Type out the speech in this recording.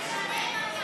זה ישנה אם אני אעלה?